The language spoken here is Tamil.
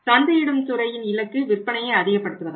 சந்தையிடும் துறையின் இலக்கு விற்பனையை அதிகப்படுத்துவதாகும்